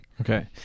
Okay